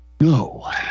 No